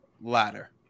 Ladder